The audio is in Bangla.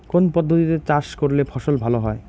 কোন পদ্ধতিতে চাষ করলে ফসল ভালো হয়?